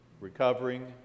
recovering